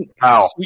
Wow